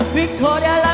Victoria